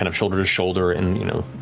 and shoulder to shoulder and, you know,